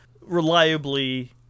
reliably